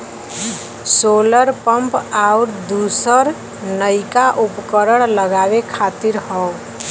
solar pump आउर दूसर नइका उपकरण लगावे खातिर हौ